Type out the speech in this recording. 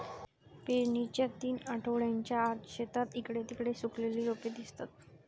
पेरणीच्या तीन आठवड्यांच्या आत, शेतात इकडे तिकडे सुकलेली रोपे दिसतात